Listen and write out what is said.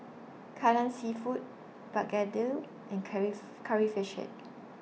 Kai Lan Seafood Begedil and Curry Fish Head